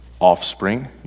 Offspring